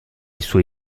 suoi